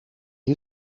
you